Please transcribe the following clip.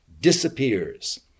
disappears